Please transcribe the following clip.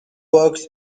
works